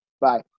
Bye